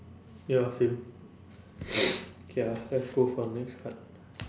ya same K lah let's go for the next card